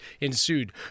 ensued